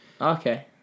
Okay